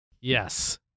Yes